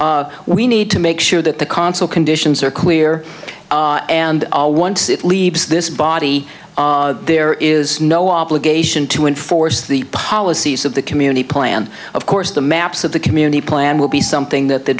but we need to make sure that the consul conditions are clear and once it leaves this body there is no obligation to enforce the policies of the community plan of course the maps of the community plan will be something that the